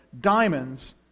diamonds